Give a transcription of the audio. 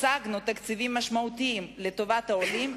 השגנו תקציבים משמעותיים לטובת העולים,